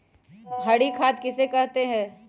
हरी खाद किसे कहते हैं?